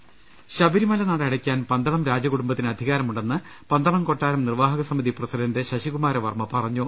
് ശബരിമല നട അടയ്ക്കാൻ പന്തളം രാജകുടുംബത്തിന് അധികാരമു ണ്ടെന്ന് പന്തളം കൊട്ടാരം നിർവ്വാഹക സമിതി പ്രസിഡന്റ് ശ്രശികുമാര വർമ്മ പറ ഞ്ഞു